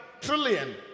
trillion